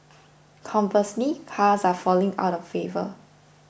conversely cars are falling out of favour